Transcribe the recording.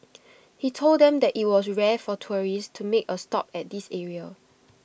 he told them that IT was rare for tourists to make A stop at this area